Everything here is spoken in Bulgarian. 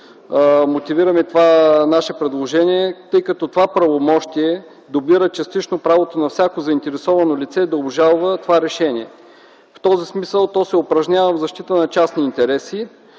мотивираме нашето предложение, тъй като това правомощие дублира частично правото на всяко заинтересовано лице да обжалва това решение. В този смисъл то се упражнява в защита на частни интереси,